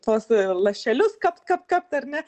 tuos lašelius kapt kapt kapt ar ne